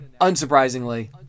unsurprisingly